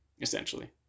essentially